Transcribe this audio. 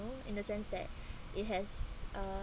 in the sense that it has uh